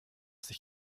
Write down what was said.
sich